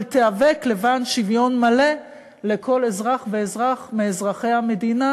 אבל תיאבק למען שוויון מלא לכל אזרח ואזרח מאזרחי המדינה,